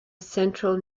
central